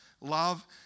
love